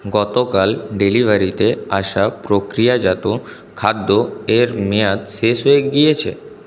গতকাল ডেলিভারিতে আসা প্রক্রিয়াজাত খাদ্য এর মেয়াদ শেষ হয়ে গিয়েছে